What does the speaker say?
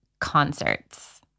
concerts